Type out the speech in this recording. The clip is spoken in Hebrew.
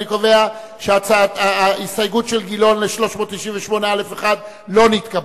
אני קובע שההסתייגות של חבר הכנסת גילאון ל-398(א1) לא נתקבלה.